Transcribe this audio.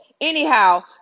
anyhow